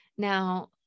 Now